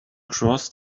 cross